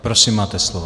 Prosím, máte slovo.